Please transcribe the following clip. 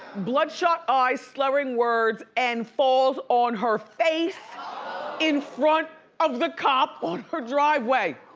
bloodshot eyes, slurring words, and falls on her face in front of the cop on her driveway.